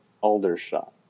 Aldershot